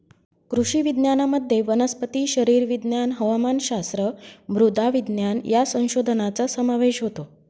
कृषी विज्ञानामध्ये वनस्पती शरीरविज्ञान, हवामानशास्त्र, मृदा विज्ञान या संशोधनाचा समावेश होतो